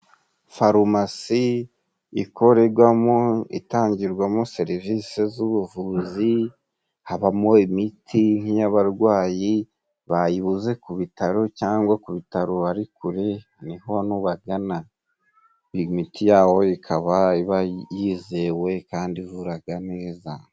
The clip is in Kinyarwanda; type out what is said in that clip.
Farumasi ikorerwamo itangirwamo serivisi z'ubuvuzi, habamo imiti nk'iy'abarwayi bayibuze ku bitaro cyangwa ku bitaro ari kure niho ubagana. Imiti ya bo ikaba iba yizewe kandi ivuraga neza.